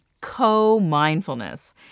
co-mindfulness